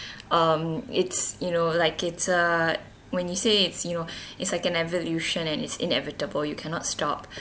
um it's you know like it's uh when you say it's you know it's like an evolution and it's inevitable you cannot stop